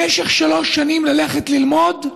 במשך שלוש שנים ללכת ללמוד.